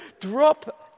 drop